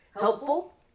helpful